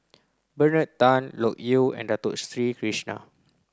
Bernard Tan Loke Yew and Dato Sri Krishna